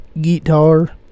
Guitar